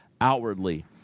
outwardly